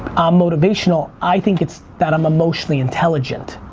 i'm motivational i think it's that i'm emotionally intelligent.